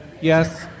Yes